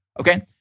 Okay